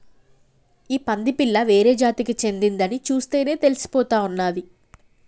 ఈ పంది పిల్ల వేరే జాతికి చెందిందని చూస్తేనే తెలిసిపోతా ఉన్నాది